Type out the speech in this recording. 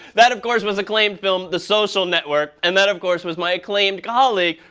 that, of course, was acclaimed film, the social network. and that, of course, was my acclaimed colleague,